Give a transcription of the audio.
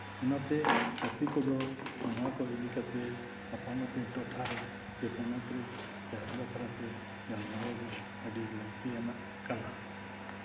ᱚᱱᱟᱛᱮ ᱪᱟᱹᱥᱤ ᱠᱚᱫᱚ ᱱᱚᱣᱟ ᱠᱚ ᱤᱫᱤ ᱠᱟᱛᱮ ᱟᱯᱟᱱ ᱟᱹᱯᱤᱱ ᱴᱚᱴᱷᱟ ᱨᱮ ᱥᱮ ᱯᱚᱱᱚᱛ ᱨᱮ ᱪᱟᱥ ᱵᱟᱠᱷᱨᱟ ᱛᱮ ᱜᱟᱞᱢᱟᱨᱟᱣ ᱫᱚ ᱟᱹᱰᱤ ᱞᱟᱹᱠᱛᱤᱭᱟᱱᱟᱜ ᱠᱟᱱᱟ